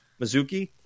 Mizuki